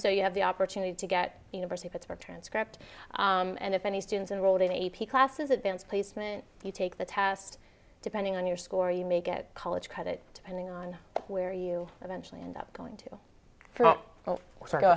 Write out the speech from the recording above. so you have the opportunity to get university pittsburgh transcript and if any students enrolled in a p classes advanced placement you take the test depending on your score you may get college credit depending on where you eventually end up going to